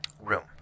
room